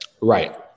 Right